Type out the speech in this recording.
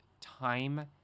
time-